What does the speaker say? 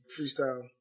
freestyle